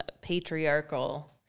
patriarchal